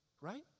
Right